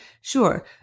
Sure